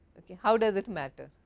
how does it matter?